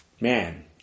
man